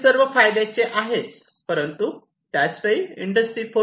हे सर्व फायद्याचे आहेत परंतु त्याच वेळी हे इंडस्ट्री 4